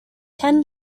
ten